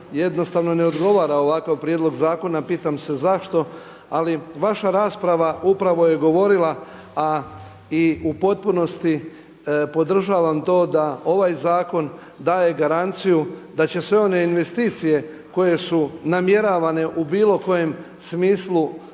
jednostavno ne odgovara ovakav prijedlog zakona. Pitam se zašto? Ali vaša rasprava upravo je govorila, a i u potpunosti podržavam to da ovaj zakon daje garanciju da će sve one investicije koje su namjeravane u bilo kojem smislu